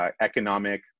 economic